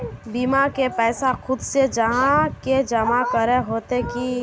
बीमा के पैसा खुद से जाहा के जमा करे होते की?